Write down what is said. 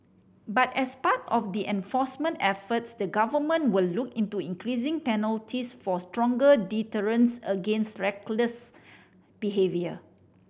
but as part of the enforcement efforts the government will look into increasing penalties for stronger deterrence against reckless behaviour